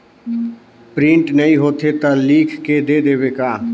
Print नइ होथे ता लिख के दे देबे का?